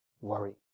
worry